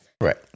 Right